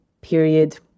period